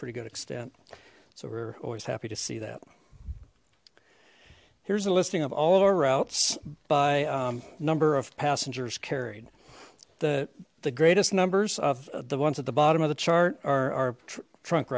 pretty good extent so we're always happy to see that here's a listing of all of our routes by number of passengers carried the the greatest numbers of the ones at the bottom of the chart are our trunk